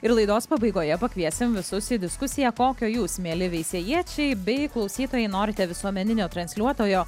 ir laidos pabaigoje pakviesim visus į diskusiją kokio jūs mieli veisiejiečiai bei klausytojai norite visuomeninio transliuotojo